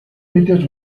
мэдээж